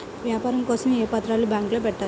వ్యాపారం కోసం ఏ పత్రాలు బ్యాంక్లో పెట్టాలి?